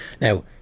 Now